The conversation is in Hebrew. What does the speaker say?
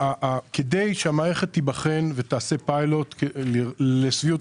כדי שהמערכת תיבחן ותעשה פיילוט לשביעות